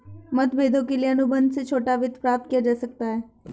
मतभेदों के लिए अनुबंध से छोटा वित्त प्राप्त किया जा सकता है